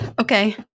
Okay